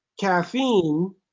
caffeine